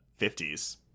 50s